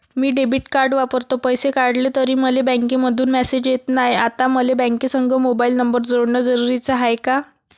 मी debit card वापरतो, पैसे काढले तरी मले बँकेमंधून मेसेज येत नाय, आता मले बँकेसंग मोबाईल नंबर जोडन जरुरीच हाय का?